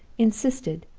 insisted,